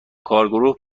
کارگروه